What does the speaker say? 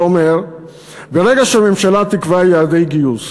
זה אומר שברגע שהממשלה תקבע יעדי גיוס